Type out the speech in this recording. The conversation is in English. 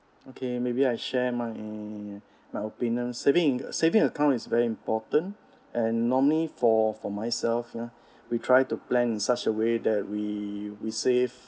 okay maybe I share my my opinion saving saving account is very important and normally for for myself ya we try to plan in such a way that we receive